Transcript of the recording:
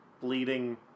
bleeding